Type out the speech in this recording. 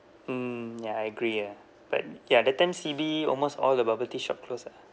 mm ya I agree ah but ya the time C_B almost all the bubble tea shop close ah